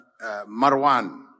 Marwan